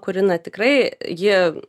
kuri na tikrai ji